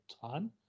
ton